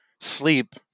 sleep